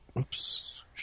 Oops